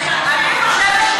אני חושבת,